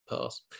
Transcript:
Pass